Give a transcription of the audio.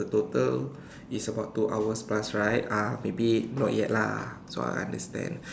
the total is about two hours plus right ah maybe not yet lah so I understand